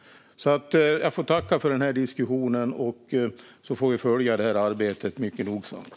Jag får tacka för diskussionen. Vi får följa det här arbetet mycket noggrant.